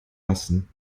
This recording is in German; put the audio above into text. lassen